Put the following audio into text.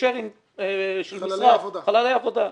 אלה חללי עבודה.